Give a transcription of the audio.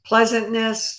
pleasantness